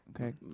Okay